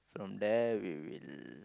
from there we will